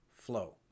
flow